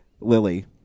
Lily